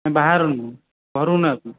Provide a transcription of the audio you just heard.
ବାହାଘର ଘରକୁ ନେବାକୁ